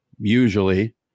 Usually